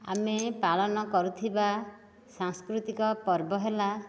ଆମେ ପାଳନ କରୁଥିବା ସାଂସ୍କୃତିକ ପର୍ବ ହେଲା